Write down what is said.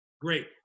Great